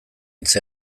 hitz